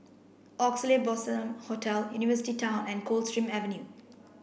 Oxley Blossom Hotel University Town and Coldstream Avenue